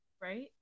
right